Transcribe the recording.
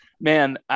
Man